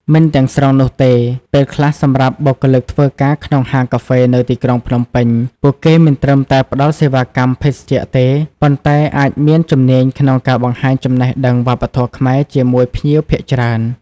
មិនទាំងស្រុងនោះទេ ពេលខ្លះសម្រាប់បុគ្គលិកធ្វើការក្នុងហាងកាហ្វេនៅទីក្រុងភ្នំពេញ ពួកគេមិនត្រឹមតែផ្តល់សេវាកម្មភេសជ្ជៈទេ ប៉ុន្តែអាចមានជំនាញក្នុងការបង្ហាញចំណេះដឹងវប្បធម៌ខ្មែរជាមួយភ្ញៀវភាគច្រើន។